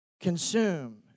consume